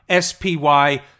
SPY